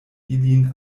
ilin